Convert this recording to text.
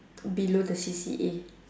below the C_C_A